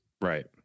Right